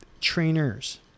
trainers